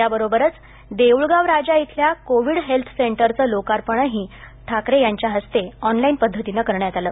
याबरोबरच देऊळगांव राजा इथल्या Covid health सेंटरचं लोकार्पणही मुख्यमंत्री ठाकरे यांच्याहस्ते ऑनलाईन पद्धतीनं करण्यात आलं